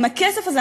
עם הכסף הזה,